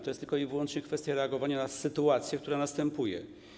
To jest wyłącznie kwestia reagowania na sytuację, która następuje.